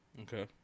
Okay